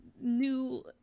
new